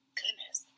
goodness